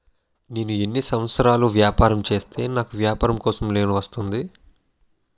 నేను ఎన్ని సంవత్సరాలు వ్యాపారం చేస్తే నాకు వ్యాపారం కోసం లోన్ వస్తుంది?